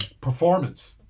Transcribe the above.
performance